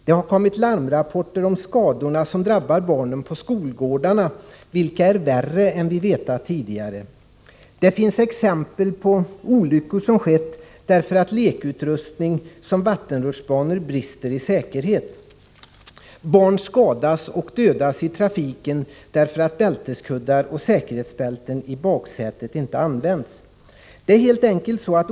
Det har kommit larmrapporter om skador som drabbar barnen på skolgårdarna, skador som är värre än vi vetat tidigare. Det finns exempel på olyckor som skett, därför att lekutrustning såsom vattenrutschbanor brister i säkerhet. Barn skadas och dödas i trafiken, därför att bälteskuddar och säkerhetsbälten i baksätet inte använts.